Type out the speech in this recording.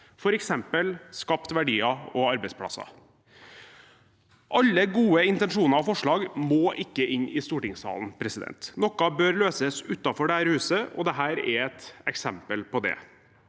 f.eks. å skape verdier og arbeidsplasser. Ikke alle gode intensjoner og forslag må inn i stortingssalen. Noen bør løses utenfor dette huset, og dette er et eksempel på det.